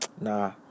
nah